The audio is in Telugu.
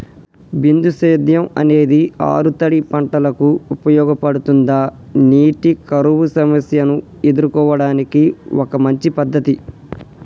బిందు సేద్యం అనేది ఆరుతడి పంటలకు ఉపయోగపడుతుందా నీటి కరువు సమస్యను ఎదుర్కోవడానికి ఒక మంచి పద్ధతి?